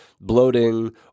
bloating